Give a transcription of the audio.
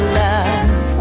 love